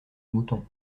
mouton